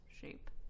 shape